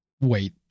Wait